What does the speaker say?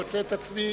אני מוצא את עצמי